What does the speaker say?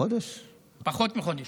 חודשיים-שלושה,